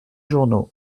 journaux